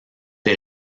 des